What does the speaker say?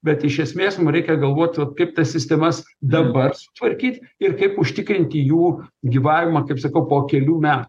bet iš esmės mum reikia galvot vat kaip tas sistemas dabar sutvarkyt ir kaip užtikrinti jų gyvavimą kaip sakau po kelių metų